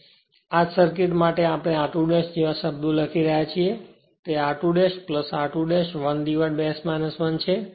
આપણે આ જ સર્કિટમાટે r2 જેવા લખી રહ્યા છીએ તે r2 r2 1S 1 છે